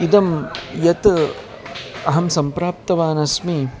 इदं यत् अहं सम्प्राप्तवानस्मि